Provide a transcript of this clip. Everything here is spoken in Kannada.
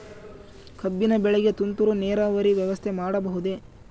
ಕಬ್ಬಿನ ಬೆಳೆಗೆ ತುಂತುರು ನೇರಾವರಿ ವ್ಯವಸ್ಥೆ ಮಾಡಬಹುದೇ?